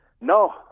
No